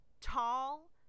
tall